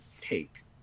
take